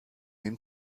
den